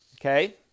Okay